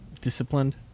disciplined